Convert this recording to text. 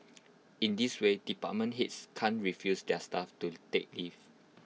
in this way department heads can't refuse their staff to take leave